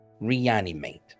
reanimate